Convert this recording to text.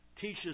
teaches